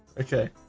okay.